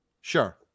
Sure